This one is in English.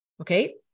Okay